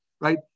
right